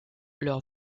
leur